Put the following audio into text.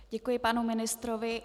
Děkuji panu ministrovi.